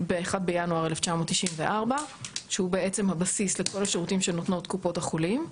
ב-1 בינואר 1994 שהוא בעצם הבסיס לכל השירותים שנותנות קופות החולים.